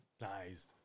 Nice